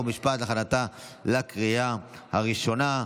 חוק ומשפט להכנתה לקריאה ראשונה.